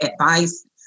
advice